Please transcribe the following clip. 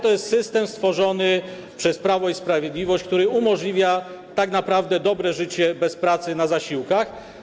To jest system stworzony przez Prawo i Sprawiedliwość, który umożliwia tak naprawdę dobre życie bez pracy, na zasiłkach.